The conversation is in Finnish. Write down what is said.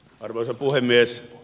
arvoisa puhemies